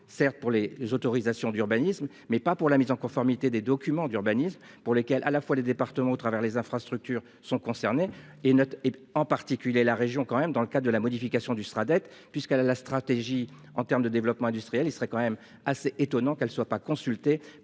certes pour les autorisations d'urbanisme mais pas pour la mise en conformité des documents d'urbanisme pour lesquels à la fois les départements au travers les infrastructures sont concernés et notre et en particulier la région quand même dans le cas de la modification du sera dette puisqu'elle a la stratégie en terme de développement industriel, il serait quand même assez étonnant qu'elle soit pas consultés